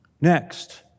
Next